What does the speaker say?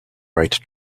write